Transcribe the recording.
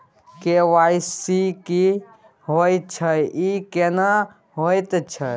KYC की होय छै, ई केना होयत छै?